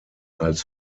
als